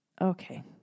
Okay